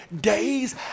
days